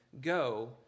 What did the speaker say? go